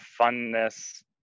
funness